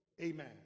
amen